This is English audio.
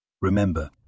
Remember